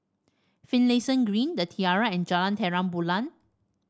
Finlayson Green The Tiara and Jalan Terang Bulan